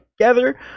together